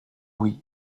oui